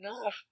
enough